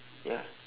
ya